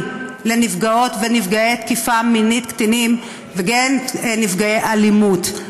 לנפגעות ונפגעי תקיפה מינית קטינים ונפגעי אלימות.